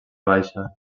baixa